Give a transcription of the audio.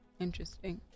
interesting